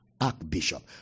archbishop